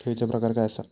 ठेवीचो प्रकार काय असा?